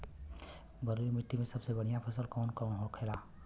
बलुई मिट्टी में सबसे बढ़ियां फसल कौन कौन होखेला?